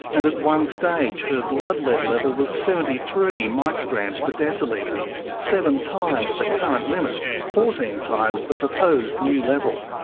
and at one stage her blood lead level was seventy three micrograms per but decilitre seven times the current limit, fourteen times the proposed new level.